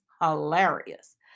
hilarious